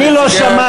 אני לא שמעתי,